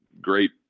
great